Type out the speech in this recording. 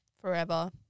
Forever